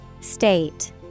State